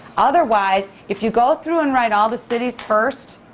otherwise, if you go through and write all the cities first,